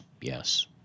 yes